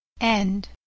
End